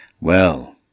Well